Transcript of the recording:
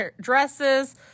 dresses